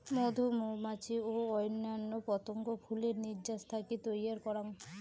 মধু মৌমাছি ও অইন্যান্য পতঙ্গ ফুলের নির্যাস থাকি তৈয়ার করাং